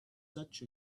such